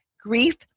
grief